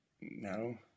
No